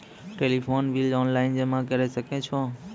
Telephone bill online जमा करै सकै छौ?